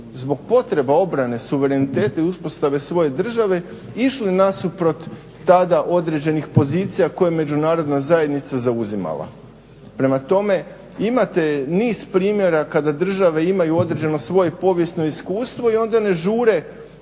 zbog potreba obrane suvereniteta i uspostave svoje države išli nasuprot tada određenih pozicija koje je međunarodna zajednica zauzimala. Prema tome imate niz primjeraka da države imaju određeno svoje povijesno iskustvo i onda ne žure